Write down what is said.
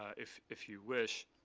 if if you wish.